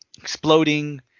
exploding